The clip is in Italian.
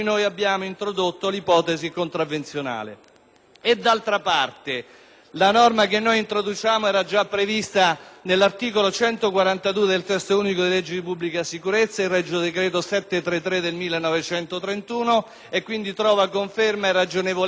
nell'articolo 142 del Testo unico delle leggi di pubblica sicurezza, il regio decreto 18 giugno 1931, n. 733, quindi trova conferma, ragionevolezza e sopratutto coerenza con il sistema giuridico del nostro Paese, ma in particolare con le sentenze della Corte costituzionale